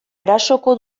erasoko